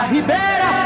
Ribeira